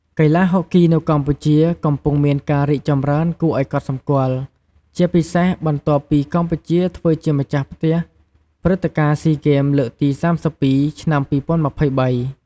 កីឡាហុកគីនៅកម្ពុជា កំពុងមានការរីកចម្រើនគួរឲ្យកត់សម្គាល់ ជាពិសេសបន្ទាប់ពីកម្ពុជាធ្វើជាម្ចាស់ផ្ទះព្រឹត្តិការណ៍ស៊ីហ្គេម លើកទី៣២ ឆ្នាំ២០២៣។